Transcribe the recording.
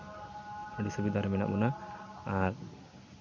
ᱟᱹᱰᱤ ᱥᱩᱵᱤᱫᱟ ᱨᱮ ᱢᱮᱱᱟᱜ ᱵᱚᱱᱟ ᱟᱨ